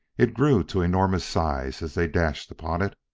it grew to enormous size as they dashed upon it.